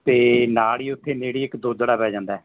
ਅਤੇ ਨਾਲ ਹੀ ਉੱਥੇ ਨੇੜੇ ਇੱਕ ਦੋਦੜਾ ਪੈ ਜਾਂਦਾ